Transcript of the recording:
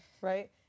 right